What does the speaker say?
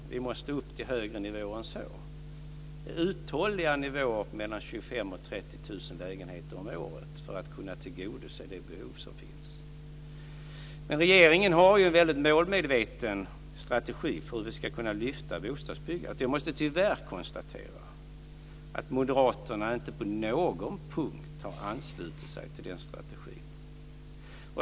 Det måste upp till högre nivåer än så, till mellan 25 000 och 30 000 lägenheter om året för att man ska kunna tillgodose det behov som finns. Men regeringen har en väldigt målmedveten strategi för hur vi ska kunna öka bostadsbyggandet. Jag måste tyvärr konstatera att moderaterna inte på någon punkt har anslutit sig till den strategin.